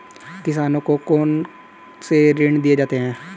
किसानों को कौन से ऋण दिए जाते हैं?